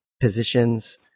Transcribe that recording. positions